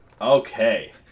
Okay